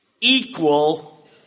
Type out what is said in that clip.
equal